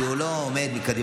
כי הוא לא עומד מקדימה.